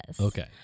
Okay